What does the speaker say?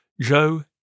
Joe